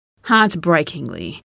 Heartbreakingly